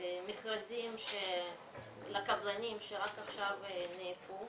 מכרזים לקבלנים שרק עכשיו נאפו.